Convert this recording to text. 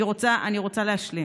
אני רוצה להשלים.